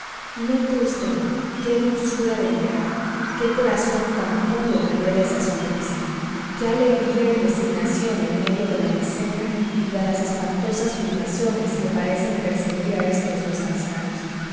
note vd qué dulzura de mirada qué corazón tan puro revela esa sonrisa qué alegría y resignación en medio de la miseria y de las espantosas privaciones que parecen perseguir a estos dos ancianos